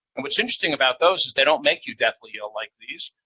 and what's interesting about those is they don't make you deathly ill like these,